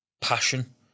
passion